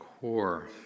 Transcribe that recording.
core